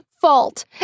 fault